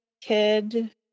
kid